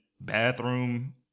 bathroom